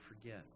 forget